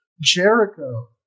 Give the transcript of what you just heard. Jericho